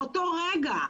באותו רגע,